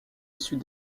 issus